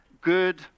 good